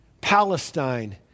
Palestine